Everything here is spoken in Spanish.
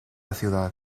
ciudad